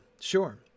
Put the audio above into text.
sure